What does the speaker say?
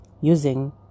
using